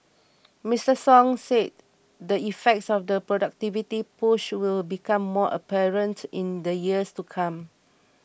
Mister Song said the effects of the productivity push will become more apparent in the years to come